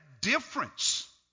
difference